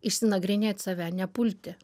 išsinagrinėt save nepulti